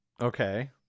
Okay